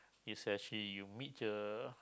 it's actually you meet uh